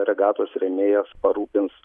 regatos rėmėjas parūpins